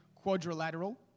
quadrilateral